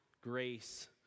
grace